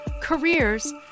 careers